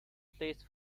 placed